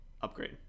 upgrade